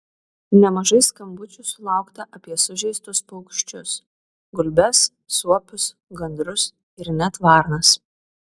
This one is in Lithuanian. nemažai skambučių sulaukta apie sužeistus paukščius gulbes suopius gandrus ir net varnas